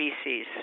species